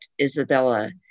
Isabella